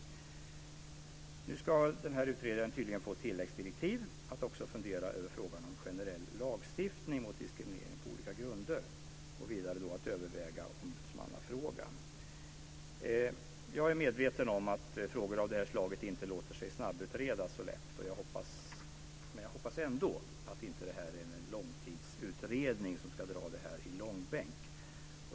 Tydligen ska den här utredningen nu få tilläggsdirektiv att också fundera över frågan om en generell lagstiftning mot diskriminering på olika grunder och överväga ombudsmannafrågan. Jag är medveten om att frågor av det slaget inte så lätt låter sig snabbutredas men hoppas att det inte blir en långtidsutredning där detta dras i långbänk.